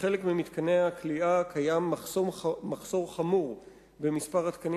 בחלק ממתקני הכליאה קיים מחסור חמור במספר התקנים